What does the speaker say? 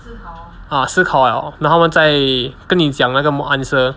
ah 思考了 then 他们再跟你讲那个 answer